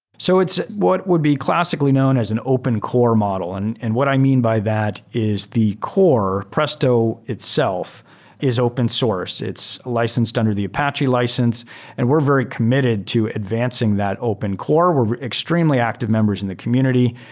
so it's what would be classically known as an open core model, and and what i mean by that is the core presto itself is open source. it's licensed under the apache license and we're very committed to advancing that open core. we're extremely active members in the community.